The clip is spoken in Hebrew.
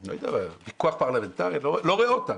אני לא יודע, פיקוח פרלמנטרי, אני לא רואה אותם.